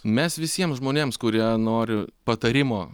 mes visiems žmonėms kurie nori patarimo